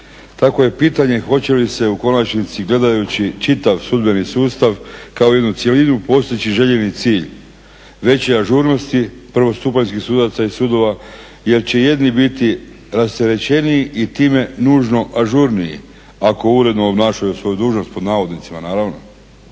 Tako je pitanje hoće li se u konačnici gledajući čitav sudbeni sustav kao jednu cjelinu postići željeni cilj, veće ažurnosti prvostupanjskih sudaca i sudova? Jer će jedni biti rasterećeniji i time nužno ažurniji ako uredno obnašaju svoju "dužnost" pod navodnicima naravno.